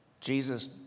Jesus